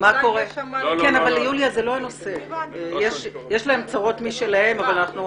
למבקרים במשרדי הממשלה יש צרות משלהם אבל זה לא הנושא.